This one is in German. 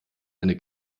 eine